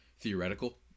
theoretical